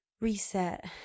reset